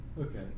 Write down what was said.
Okay